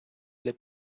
для